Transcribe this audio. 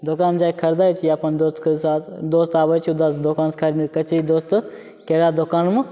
दोकानमे जाके खरिदै छिए अपन दोस्तके साथ दोस्त आबै छै दोकानसे खरिदे कहै छै दोस्त ककरा दोकानमे